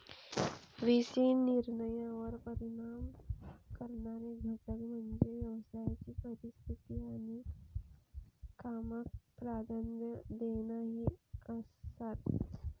V C निर्णयांवर परिणाम करणारे घटक म्हणजे व्यवसायाची परिस्थिती आणि कामाक प्राधान्य देणा ही आसात